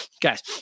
guys